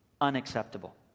unacceptable